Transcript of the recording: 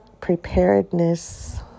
preparedness